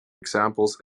examples